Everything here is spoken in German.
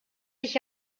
sich